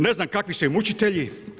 Ne znam kakvi su im učitelji.